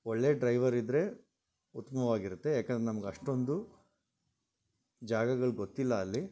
ಒಳ್ಳೆ ಡ್ರೈವರ್ ಇದ್ರೆ ಉತ್ತಮವಾಗಿರತ್ತೆ ಯಾಕಂದ್ರೆ ನಮ್ಗೆ ಅಷ್ಟೊಂದು ಜಾಗಗಳು ಗೊತ್ತಿಲ್ಲ ಅಲ್ಲಿ